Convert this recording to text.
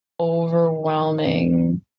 overwhelming